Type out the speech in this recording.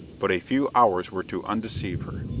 but a few hours were to undeceive her.